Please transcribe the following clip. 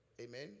Amen